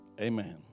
Amen